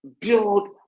build